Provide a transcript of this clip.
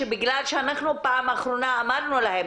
שבגלל שאנחנו פעם אחרונה אמרנו להם,